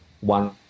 one